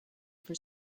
for